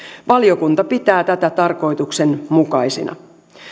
valiokunta pitää tätä tarkoituksenmukaisena